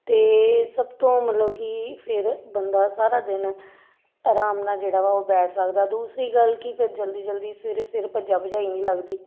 ਅਤੇ ਸਭ ਤੋਂ ਮਤਲਬ ਕਿ ਫਿਰ ਬੰਦਾ ਸਾਰਾ ਦਿਨ ਆਰਾਮ ਨਾਲ਼ ਜਿਹੜਾ ਵਾ ਉਹ ਬੈਠ ਸਕਦਾ ਦੂਸਰੀ ਗੱਲ ਕਿ ਫਿਰ ਜਲਦੀ ਜਲਦੀ ਸਵੇਰੇ ਸਵੇਰੇ ਭੱਜਾ ਭਜਾਈ ਨਹੀਂ ਲੱਗਦੀ